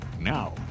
now